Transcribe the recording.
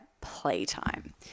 playtime